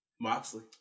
Moxley